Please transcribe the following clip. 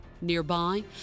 Nearby